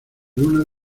lunas